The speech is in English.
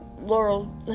Laurel